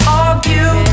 argue